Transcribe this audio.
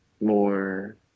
more